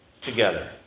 together